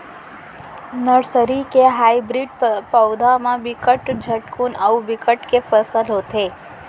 nursery के hybrid पउधा म बिकट झटकुन अउ बिकट के फसल होथे